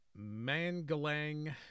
Mangalang